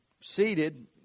seated